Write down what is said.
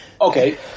Okay